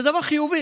זה דבר חיובי.